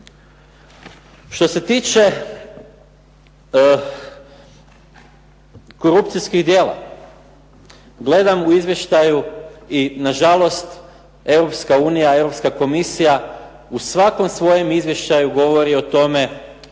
Što se tiče korupcijskih djela. Gledam u izvještaju i nažalost Europska unija i Europska komisija u svakom svom izvještaju govori o tome